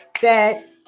set